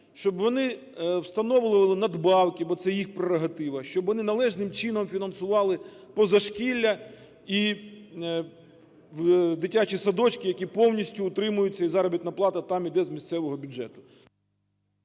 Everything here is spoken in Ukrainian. щоб вони встановлювали надбавки, бо це їх прерогатива, щоб вони належним чином фінансували позашкілля і дитячі садочки, які повністю утримуються і заробітна плата там іде з місцевого бюджету.